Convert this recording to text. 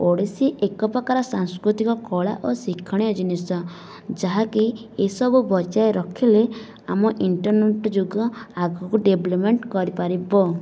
ଓଡ଼ିଶୀ ଏକ ପ୍ରକାର ସାଂସ୍କୃତିକ କଳା ଓ ଶିକ୍ଷଣୀୟ ଜିନିଷ ଯାହାକି ଏସବୁ ବଜାଇ ରଖିଲେ ଆମ ଇଣ୍ଟରର୍ନେଟ୍ ଯୁଗ ଆଗକୁ ଡେଭଲପ୍ମେଣ୍ଟ କରିପାରିବ